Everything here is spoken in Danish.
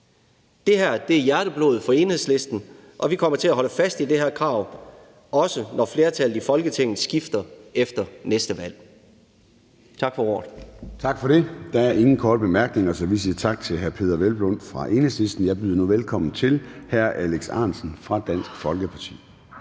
Det her er hjerteblod for Enhedslisten, og vi kommer til at holde fast i det her krav, også når flertallet i Folketinget skifter efter næste valg. Tak for ordet. Kl. 16:34 Formanden (Søren Gade): Der er ingen korte bemærkninger, så vi siger tak til hr. Peder Hvelplund fra Enhedslisten. Jeg byder nu velkommen til hr. Alex Ahrendtsen fra Dansk Folkeparti.